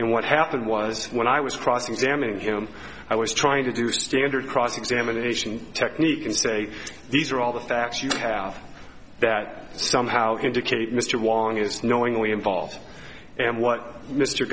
and what happened was when i was cross examining him i was trying to do standard cross examination technique and say these are all the facts you have that somehow indicate mr wong is knowingly involved and what mr